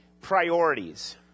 priorities